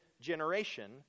generation